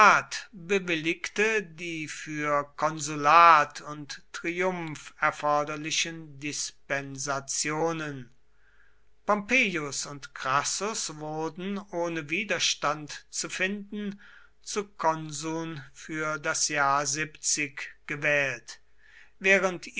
bewilligte die für konsulat und triumph erforderlichen dispensationen pompeius und crassus wurden ohne widerstand zu finden zu konsuln für das jahr gewählt während